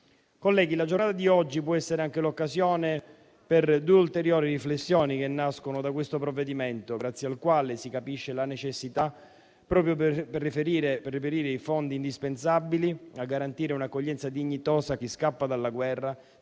Colleghi, la giornata di oggi può essere anche l'occasione per due ulteriori riflessioni che nascono da questo provvedimento, grazie al quale si capisce la necessità, proprio per reperire i fondi indispensabili a garantire un'accoglienza dignitosa a chi scappa dalla guerra,